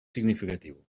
significatiu